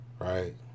right